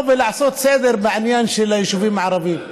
ולעשות סדר בעניין של היישובים הערביים.